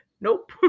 nope